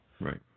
Right